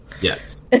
Yes